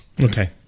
Okay